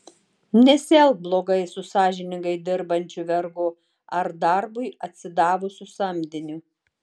nesielk blogai su sąžiningai dirbančiu vergu ar darbui atsidavusiu samdiniu